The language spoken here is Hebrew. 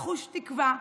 לחוש תקווה,